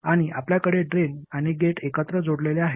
आणि आपल्याकडे ड्रेन आणि गेट एकत्र जोडलेले आहेत